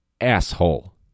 asshole